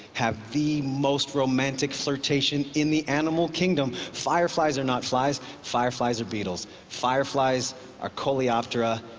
have the most romantic flirtation in the animal kingdom. fireflies are not flies, fireflies are beetles. fireflies are coleoptera,